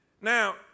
Now